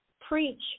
Preach